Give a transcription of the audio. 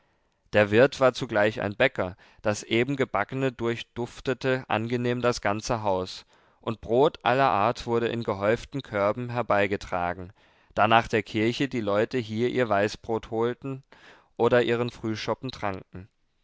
der wirt war zugleich ein bäcker das eben gebackene durchduftete angenehm das ganze haus und brot aller art wurde in gehäuften körben herbeigetragen da nach der kirche die leute hier ihr weißbrot holten oder ihren frühschoppen tranken